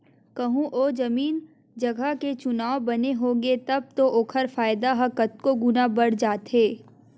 कहूँ ओ जमीन जगा के चुनाव बने होगे तब तो ओखर फायदा ह कतको गुना बड़ जाथे